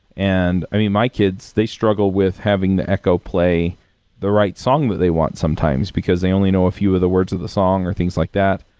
and i mean, my kids, they struggle with having the echo play the right song that they want sometimes, because they only know a few of the words of the song or things like that,